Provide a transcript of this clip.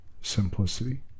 simplicity